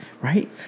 Right